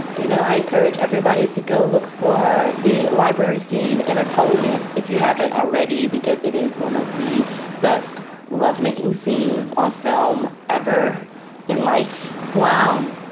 you know, i encourage everybody to go look for the library scene in atonement. if you haven't already. because it is one of the best lovemaking themes on film ever in life wow.